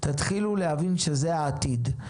תתחילו להבין שזה העתיד,